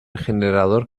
generador